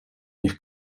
niech